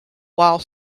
while